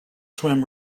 swim